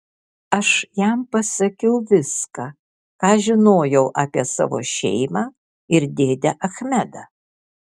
aš jam pasakiau viską ką žinojau apie savo šeimą ir dėdę achmedą